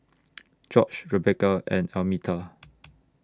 George Rebeca and Almeta